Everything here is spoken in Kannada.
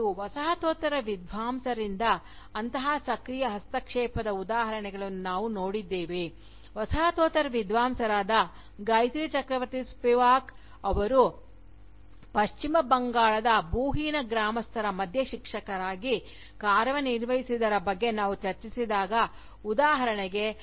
ಮತ್ತು ವಸಾಹತೋತ್ತರ ವಿದ್ವಾಂಸರಿಂದ ಅಂತಹ ಸಕ್ರಿಯ ಹಸ್ತಕ್ಷೇಪದ ಉದಾಹರಣೆಗಳನ್ನು ನಾವು ನೋಡಿದ್ದೇವೆ ವಸಾಹತೋತ್ತರ ವಿದ್ವಾಂಸರಾದ ಗಾಯತ್ರಿ ಚಕ್ರವರ್ತಿ ಸ್ಪಿವಾಕ್ ಅವರು ಪಶ್ಚಿಮ ಬಂಗಾಳದ ಭೂಹೀನ ಗ್ರಾಮಸ್ಥರ ಮಧ್ಯ ಶಿಕ್ಷಕರಾಗಿ ಕಾರ್ಯನಿರ್ವಹಿಸಿದರ ಬಗ್ಗೆ ನಾವು ಚರ್ಚಿಸಿದಾಗ ಉದಾಹರಣೆಗೆ